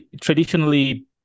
traditionally